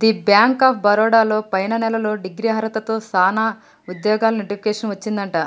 the bank of Baroda లో పైన నెలలో డిగ్రీ అర్హతతో సానా ఉద్యోగాలు నోటిఫికేషన్ వచ్చిందట